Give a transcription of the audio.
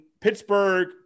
Pittsburgh